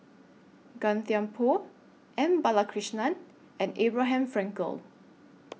Gan Thiam Poh M Balakrishnan and Abraham Frankel